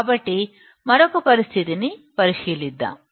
కాబట్టి మరొక పరిస్థితిని పరిశీలిద్దాం